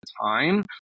time